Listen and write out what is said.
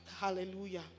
Hallelujah